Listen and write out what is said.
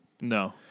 No